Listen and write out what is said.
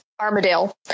Armadale